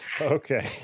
Okay